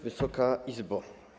Wysoka Izbo!